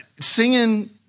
Singing